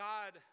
God